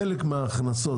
חלק מההכנסות,